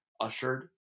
ushered